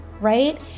right